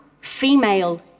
female